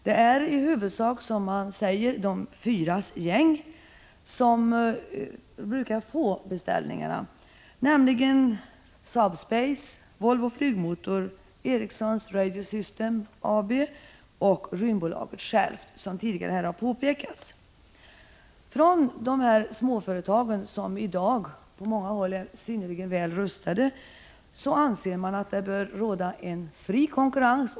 Det är i huvudsak, som man säger, ”de fyras gäng” som brukar få beställningarna, nämligen Saab Space, Volvo Flygmotor, Ericsson Radio Systems AB och Rymdbolaget självt — som tidigare här har påpekats. Hos dessa småföretag, som i dag på många håll är synnerligen väl rustade, anser man att det bör råda fri konkurrens.